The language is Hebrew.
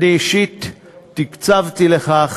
אני אישית הקצבתי לכך